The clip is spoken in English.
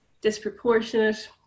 disproportionate